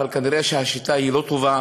אבל כנראה השיטה לא טובה,